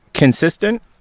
consistent